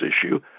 issue